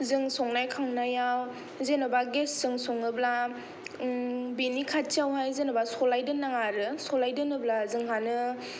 जों संनाय खावनायाव जेनेबा गेसजों सङोब्ला बेनि खाथियावहाय जेनोबा सलाइ दोननो नाङा आरो सलाइ दोनोब्ला जोंहानो